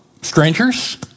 strangers